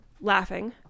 laughing